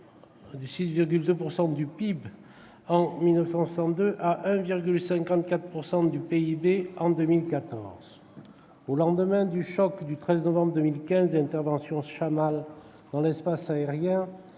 de 6,2 % du PIB en 1962 à 1,54 % du PIB en 2014. Au lendemain du choc du 13 novembre 2015, de l'intervention Chammal dans l'espace assyrien